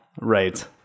Right